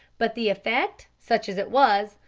but the effect, such as it was,